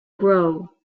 grow